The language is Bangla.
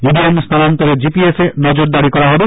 ইভিএম স্হানান্তরে জিপিএস এ নজরদারি করা হবে